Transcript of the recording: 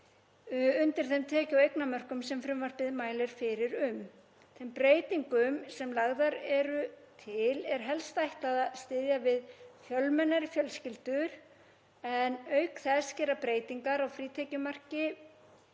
undir þeim tekju- og eignamörkum sem frumvarpið mælir fyrir um. Þeim breytingum sem lagðar eru til er helst ætlað að styðja við fjölmennari fjölskyldur, en auk þess gera breytingar á frítekjumarki